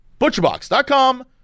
Butcherbox.com